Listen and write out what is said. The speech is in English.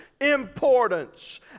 importance